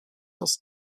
was